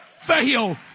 fail